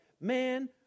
man